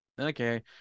okay